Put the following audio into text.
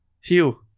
hugh